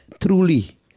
truly